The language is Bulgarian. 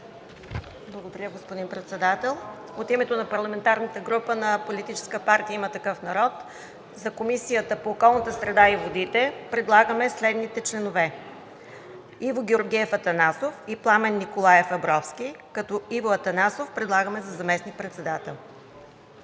Благодаря, господин Председател. От името на парламентарната група на Политическа партия „Има такъв народ“ за Комисията по околната среда и водите предлагаме следните членове: Иво Георгиев Атанасов и Пламен Николаев Абровски, като Иво Атанасов го предлагаме за заместник председател.